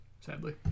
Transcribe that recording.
sadly